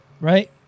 Right